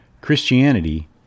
Christianity